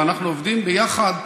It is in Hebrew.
ואנחנו עובדים ביחד,